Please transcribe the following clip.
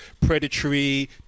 predatory